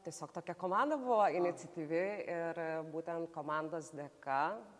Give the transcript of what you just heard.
tiesiog tokia komanda buvo iniciatyvi ir būtent komandos dėka